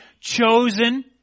chosen